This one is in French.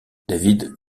david